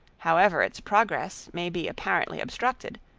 however its progress may be apparently obstructed,